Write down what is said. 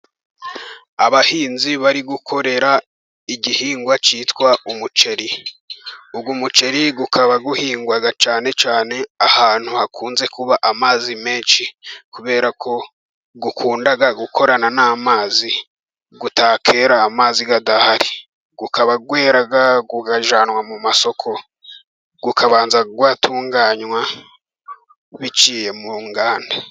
Abahinzi bari gukorera igihingwa cyitwa umuceri, ubu umuceri ukaba uhingwa cyane cyane ahantu hakunze kuba amazi menshi, kubera ko ukunda gukorana n'amazi utakwera amazi adahari, ukaba wera ukajyanwa mu masoko ukabanza watunganywa biciye mu nganda.